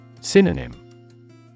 Synonym